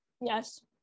Yes